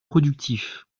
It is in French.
productif